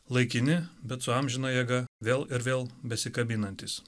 laikini bet su amžina jėga vėl ir vėl besikabinantys